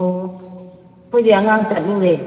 ꯑꯣ ꯑꯩꯈꯣꯏꯗꯤ ꯑꯉꯥꯡ ꯆꯠꯂꯨꯔꯦ